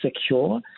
secure